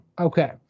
okay